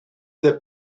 that